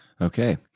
Okay